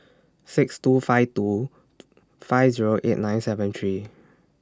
six two five two five Zero eight nine seven three